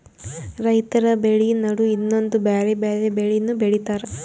ರೈತರ್ ಬೆಳಿ ನಡು ಇನ್ನೊಂದ್ ಬ್ಯಾರೆ ಬ್ಯಾರೆ ಬೆಳಿನೂ ಬೆಳಿತಾರ್